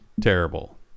terrible